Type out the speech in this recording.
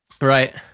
Right